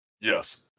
yes